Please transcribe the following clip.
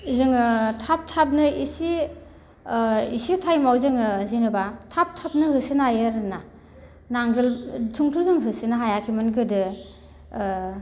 जोङो थाब थाबनो एसे ओ एसे टाइमाव जोङो जेनोबा थाब थाबनो होसोनो हायो आरोना नांगोलजोंथ' जोङो होसोनो हायाखैमोन गोदो ओ